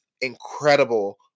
incredible